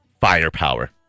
firepower